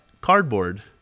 cardboard